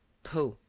pooh!